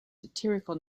satirical